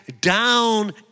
down